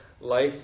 life